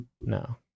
no